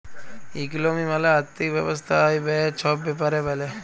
ইকলমি মালে আথ্থিক ব্যবস্থা আয়, ব্যায়ে ছব ব্যাপারে ব্যলে